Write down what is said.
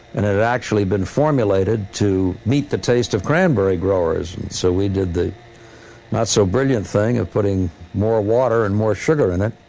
and it had actually been formulated to meet the taste of cranberry growers. so we did the not-so-brilliant thing of putting more water and more sugar in it,